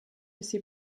ces